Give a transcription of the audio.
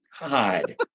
God